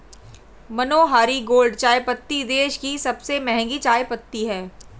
मनोहारी Gold चायपत्ती देश की सबसे महंगी चायपत्ती है